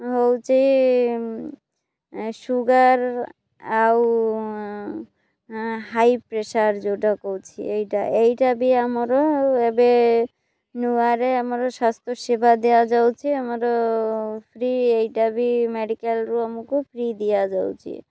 ହେଉଛି ସୁଗାର୍ ଆଉ high pressure ଯେଉଁଟା କହୁଛି ଏଇଟା ଏଇଟା ବି ଆମର ଏବେ ନୂଆରେ ଆମର ସ୍ୱାସ୍ଥ୍ୟ ସେବା ଦିଆଯାଉଛି ଆମର ଫ୍ରି ଏଇଟା ବି ମେଡ଼ିକାଲ୍ରୁ ଆମକୁ ଫ୍ରି ଦିଆଯାଉଛି